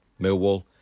Millwall